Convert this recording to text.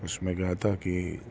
اس میں کیا تھا کہ